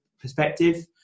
perspective